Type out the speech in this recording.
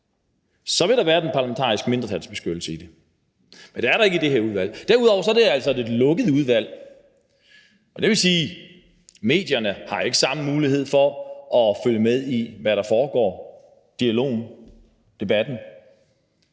Så vil der være den parlamentariske mindretalsbeskyttelse i det, men det er der ikke i det her udvalg. Derudover er det altså et lukket udvalg, og det vil sige, at medierne ikke har samme mulighed for at følge med i, hvad der foregår, i dialogen, i debatten.